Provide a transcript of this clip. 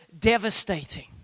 devastating